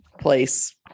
place